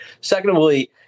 Secondly